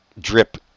drip